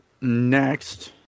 next